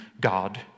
God